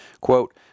Quote